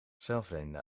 zelfrijdende